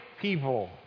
people